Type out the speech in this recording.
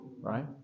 Right